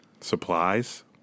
Supplies